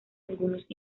algunos